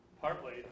partly